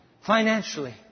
Financially